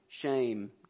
shame